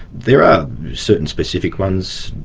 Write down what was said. there are certain specific ones,